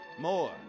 more